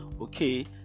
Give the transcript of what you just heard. okay